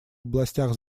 областях